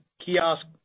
kiosk